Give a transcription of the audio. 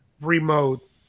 remote